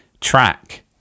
track